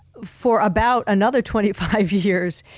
for about another twenty five years,